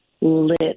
lit